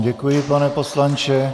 Děkuji vám, pane poslanče.